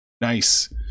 nice